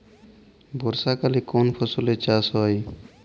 বর্ষাকালে কোন ফসলের চাষ হয়?